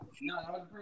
No